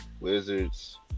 Wizards